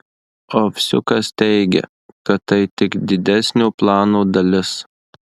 ovsiukas teigia kad tai tik didesnio plano dalis